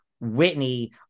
Whitney